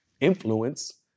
influence